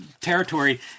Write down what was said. territory